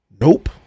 Nope